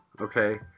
okay